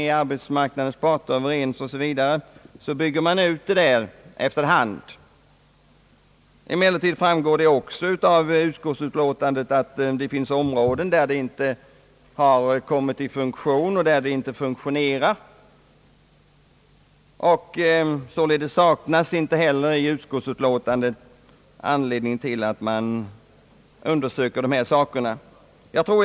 Är arbetsmarknadens parter överens, så sker en utbyggnad efter hand, kan det tyckas. Emellertid framgår det också av utskottsutlåtandet att det finns områden där företagsdemokratin inte kommit i funktion eller fungerar dåligt. Således saknas det inte heller enligt utskottets mening anledning till att dessa saker undersöks.